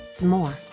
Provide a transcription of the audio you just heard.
more